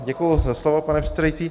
Děkuji za slovo, pane předsedající.